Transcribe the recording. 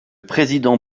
président